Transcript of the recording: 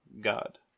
God